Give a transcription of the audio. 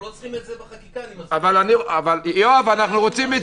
אנחנו לא צריכים את זה בחקיקה --- אנחנו רוצים את